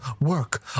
work